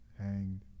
hanged